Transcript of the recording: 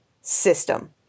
system